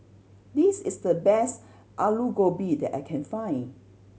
this is the best Alu Gobi that I can find